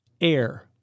air